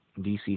DC